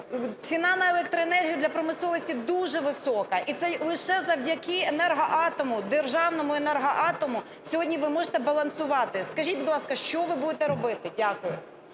Ціна на електроенергію для промисловості дуже висока, і це лише завдяки "Енергоатому", державному "Енергоатому" сьогодні ви можете балансувати. Скажіть, будь ласка, що ви будете робити? Дякую.